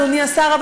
אדוני השר,